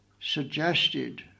suggested